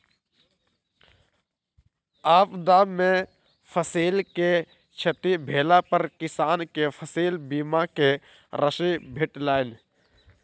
आपदा में फसिल के क्षति भेला पर किसान के फसिल बीमा के राशि भेटलैन